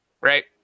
Right